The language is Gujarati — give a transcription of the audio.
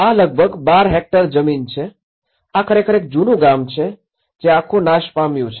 આ લગભગ ૧૨ હેક્ટર જમીન છે આ ખરેખર એક જૂનું ગામ છે કે જે આખું નાશ પામ્યું છે